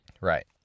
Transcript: Right